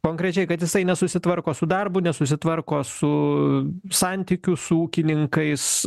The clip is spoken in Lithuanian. konkrečiai kad jisai nesusitvarko su darbu nesusitvarko su santykių su ūkininkais